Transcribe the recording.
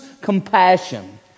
compassion